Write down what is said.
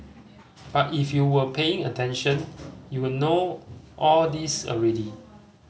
but if you were paying attention you'll know all this already